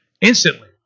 instantly